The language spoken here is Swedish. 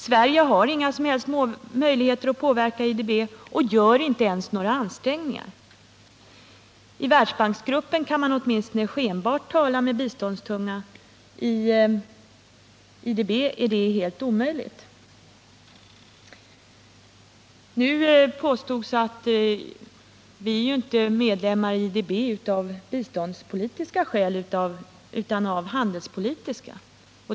Sverige har inga som helst möjligheter att påverka IDB och gör inte ens några ansträngningar. I Världsbanksgruppen kan man åtminstone skenbart tala med biståndstunga — i IDB är det helt omöjligt. Nu påstås det att vi inte är medlemmar i IDB av biståndspolitiska skäl, utan utan av handelspolitiska.